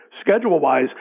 schedule-wise